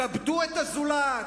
כבדו את הזולת.